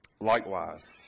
Likewise